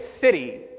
city